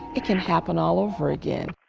it can happen all over again.